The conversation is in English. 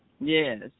Yes